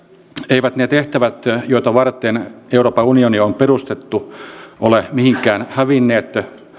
eivät ne tehtävät joita varten euroopan unioni on perustettu ole mihinkään hävinneet